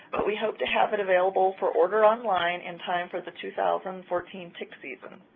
but we hope to have it available for order online in time for the two thousand and fourteen tick season.